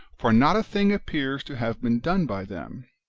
for not a thing appears to have been done by them.